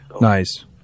Nice